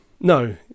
No